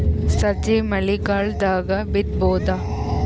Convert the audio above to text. ಸಜ್ಜಿ ಮಳಿಗಾಲ್ ದಾಗ್ ಬಿತಬೋದ?